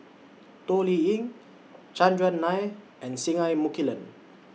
Toh Liying Chandran Nair and Singai Mukilan